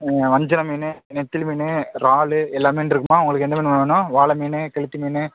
ம் வஞ்சிரம் மீன் நெத்திலி மீன் ராலு எல்லாம் மீன் இருக்கும்மா உங்களுக்கு என்ன மீனும்மா வேணும் வாளை மீன் கெளுத்தி மீன்